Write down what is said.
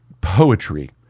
poetry